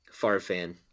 Farfan